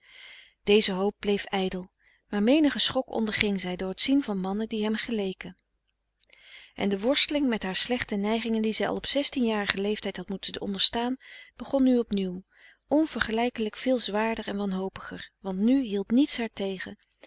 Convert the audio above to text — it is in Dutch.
deze hoop bleef ijdel maar menigen schok onderfrederik van eeden van de koele meren des doods ging zij door t zien van mannen die hem geleken en de worsteling met haar slechte neigingen die zij al op zestienjarigen leeftijd had moeten onderstaan begon nu opnieuw onvergelijkelijk veel zwaarder en wanhopiger want nu hield niets haar tegen